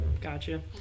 gotcha